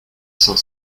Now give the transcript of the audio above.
cinq